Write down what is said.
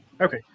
Okay